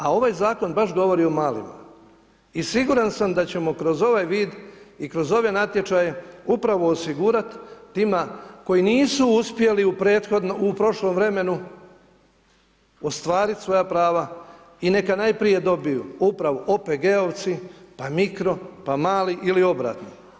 A ovaj zakon baš govori o malima i siguran sam da ćemo kroz ovaj vid i kroz ove natječaje upravo osigurati tima koji nisu uspjeli u prošlom vremenu ostvariti svoja prava i neka najprije dobiju upravo OPG-ovci, pa mikro, pa mali ili obratno.